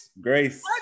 grace